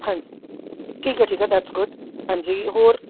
ਹਾਂਜੀ ਠੀਕ ਹੈ ਠੀਕ ਹੈ ਦੈਟਸ ਗੁੱਡ ਹਾਂਜੀ ਹੋਰ